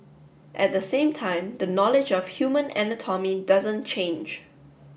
at the same time the knowledge of human anatomy doesn't change